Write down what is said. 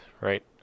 right